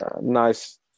nice